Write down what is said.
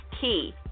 key